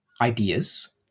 ideas